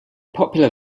popular